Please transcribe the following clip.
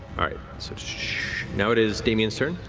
ah right. sort of now it is damian's turn.